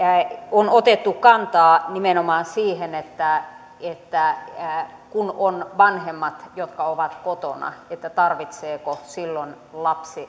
on otettu kantaa nimenomaan siihen että että kun on vanhemmat jotka ovat kotona niin tarvitseeko silloin